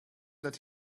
that